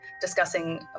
discussing